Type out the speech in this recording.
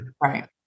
Right